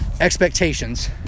expectations